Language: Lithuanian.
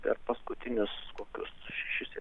per paskutinius kokius šešis